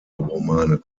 romane